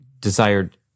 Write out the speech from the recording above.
desired